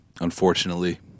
unfortunately